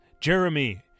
Jeremy